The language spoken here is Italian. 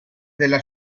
della